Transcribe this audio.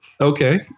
Okay